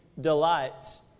delights